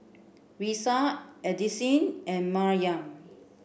Risa Addisyn and Maryam